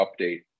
update